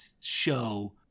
show